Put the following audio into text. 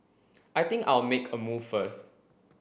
I think I'll make a move first